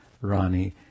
Rani